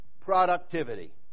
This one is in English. productivity